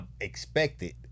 expected